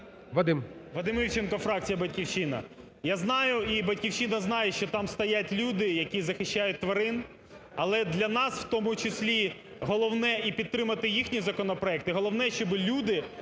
В.Є. Вадим Івченко, фракція "Батьківщина". Я знаю і "Батьківщина" знає, що там стоять люди, які захищають тварин. Але для нас в тому числі головне і підтримати їхній законопроект, і головне, щоб люди